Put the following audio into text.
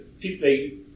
people